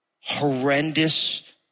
horrendous